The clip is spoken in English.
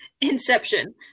Inception